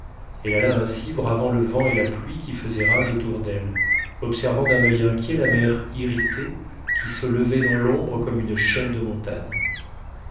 elle alla ainsi bravant le vent et la pluie qui faisaient rage autour d'elle observant d'un oeil inquiet la mer irritée qui se levait dans l'ombre comme une chaîne de montagnes